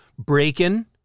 Breaking